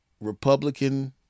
Republican